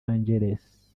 angeles